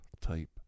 type